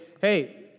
hey